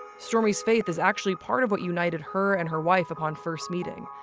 stormie's faith is actually part of what united her and her wife upon first meeting.